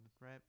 right